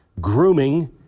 Grooming